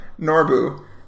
Norbu